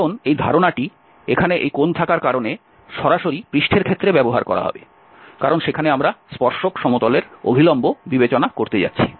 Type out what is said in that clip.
কারণ এই ধারণাটি এখানে এই কোণ থাকার কারণে সরাসরি পৃষ্ঠের ক্ষেত্রে ব্যবহার করা হবে কারণ সেখানে আমরা স্পর্শক সমতলের অভিলম্ব বিবেচনা করতে যাচ্ছি